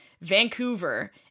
Vancouver